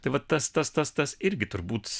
tai va tas tas tas tas irgi turbūt